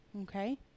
Okay